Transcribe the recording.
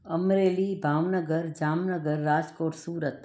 Amreli Damnagar Jamnagar Rajkot Surat